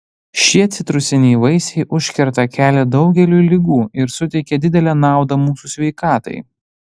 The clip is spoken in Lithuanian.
šie citrusiniai vaisiai užkerta kelią daugeliui ligų ir suteikia didelę naudą mūsų sveikatai